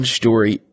story